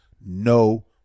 no